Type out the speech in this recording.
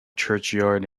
churchyard